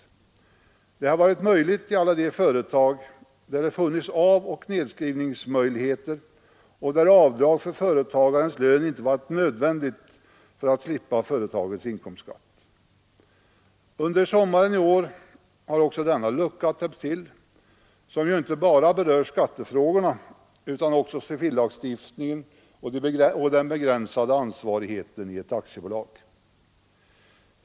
Detta har varit möjligt i alla de företag där det funnits avoch nedskrivningsmöjligheter och där avdrag för företagarens lön inte varit nödvändigt för att slippa företagets inkomstskatt. Under sommaren i år har också denna lucka täppts till som ju inte bara berör skattefrågorna utan också civillagstiftningen och den begränsade ansvarigheten i ett aktiebolag.